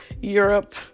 Europe